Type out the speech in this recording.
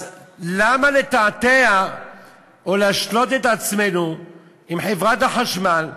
אז למה לתעתע ולהשלות את עצמנו עם חברת החשמל,